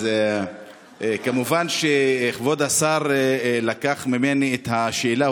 כמובן שכבוד השר לקח ממני את השאלה,